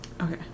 Okay